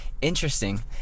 interesting